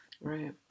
right